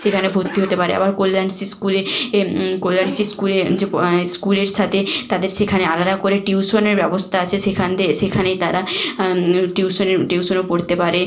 সেখানে ভর্তি হতে পারে আবার কল্যাণ শী স্কুলে এই কল্যাণ শী স্কুলে যে স্কুলের সাথে তাদের সেখানে আলাদা করে টিউশনের ব্যবস্থা আছে সেখান দিয়ে সেখানেই তারা টিউশনের টিউশনও পড়তে পারে